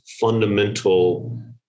fundamental